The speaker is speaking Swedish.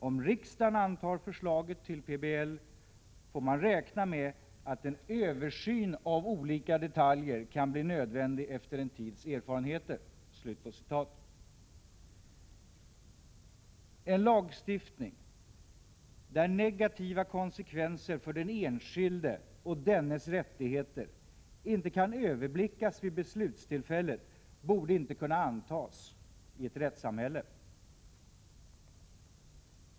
Om riksdagen antar förslaget till PBL, får man räkna med att en översyn av olika detaljer kan bli nödvändig efter en tids En lagstiftning, där negativa konsekvenser för den enskilde och dennes rättigheter icke kan överblickas vid beslutstillfället, borde icke kunna antagas i ett rättssamhälle.